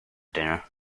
dinner